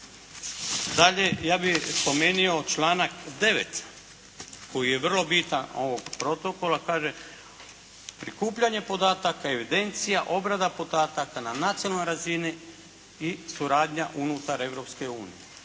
Dalje, ja bih spomenuo članak 9. koji je vrlo bitan ovog protokola. Kaže, “prikupljanje podataka, evidencija, obrada podataka na nacionalnoj razini i suradnja unutar